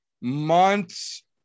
months